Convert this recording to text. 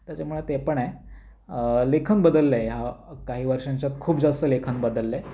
त्याच्यामुळे ते पण आहे लेखन बदललं आहे या काही वर्षांच्या आत खूप जास्त लेखन बदललं आहे